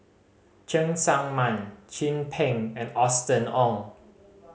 Cheng Tsang Man Chin Peng and Austen Ong